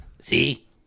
see